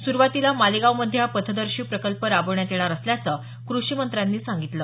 सुरुवातीला मालेगाव मध्ये हा पथदर्शी प्रकल्प राबवण्यात येणार असल्याचं कृषीमंत्र्यांनी सांगितलं